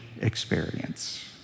experience